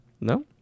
no